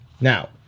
Now